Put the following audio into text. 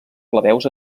plebeus